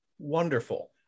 Wonderful